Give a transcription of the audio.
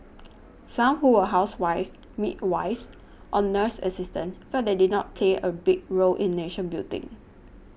some who were housewives midwives or nurse assistants felt that they did not play a big role in nation building